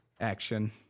action